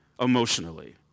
emotionally